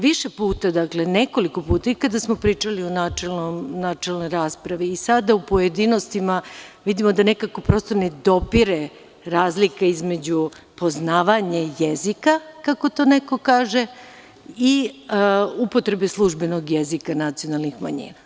Više puta, nekoliko puta, i kada smo pričali u načelnoj raspravi i sada u pojedinostima, vidimo da nekako prosto ne dopire razlika između poznavanja jezika, kako to neko kaže, i upotrebe službenog jezika nacionalnih manjina.